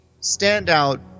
standout